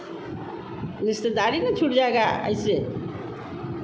रिश्तेदारी ना छूट जाएगा ऐसे